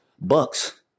Bucks